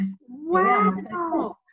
wow